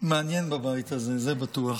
מעניין בבית הזה, זה בטוח.